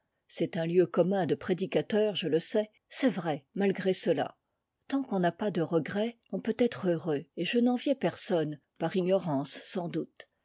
c'est un lieu commun de prédicateur je le sais c'est vrai malgré cela tant qu'on n'a pas de regrets on peut être heureux et je n'enviais personne par ignorance sans doute